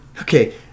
okay